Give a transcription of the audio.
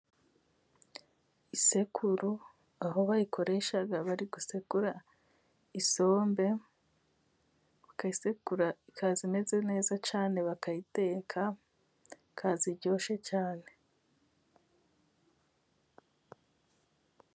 Isekuru aho bayikoresha bari gusekura isombe, ukayisekura ikaza imeze neza cyane, bakayiteka ikaza iryoshye cyane.